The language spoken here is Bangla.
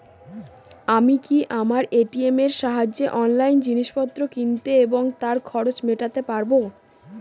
আমি কি আমার এ.টি.এম এর সাহায্যে অনলাইন জিনিসপত্র কিনতে এবং তার খরচ মেটাতে পারব?